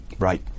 Right